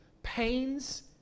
Pains